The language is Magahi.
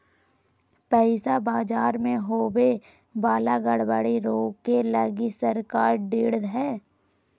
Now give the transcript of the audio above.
पैसा बाजार मे होवे वाला गड़बड़ी रोके लगी सरकार ढृढ़ हय